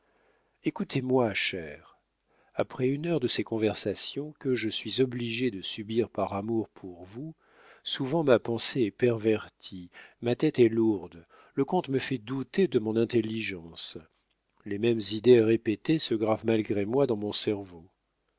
écoutez-moi chère après une heure de ces conversations que je suis obligé de subir par amour pour vous souvent ma pensée est pervertie ma tête est lourde le comte me fait douter de mon intelligence les mêmes idées répétées se gravent malgré moi dans mon cerveau